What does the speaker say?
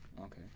Okay